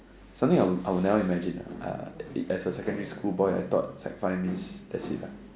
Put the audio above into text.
something I would I would never imagine lah uh as a secondary school boy I thought sec five means that's it lah